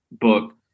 book